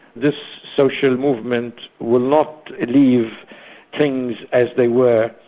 this social movement will not leave things as they were,